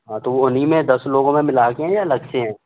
हाँ तो वह उन्हीं में दस लोगो में मिला कर हैं या अलग से हैं